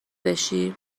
بشی